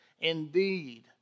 Indeed